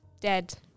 dead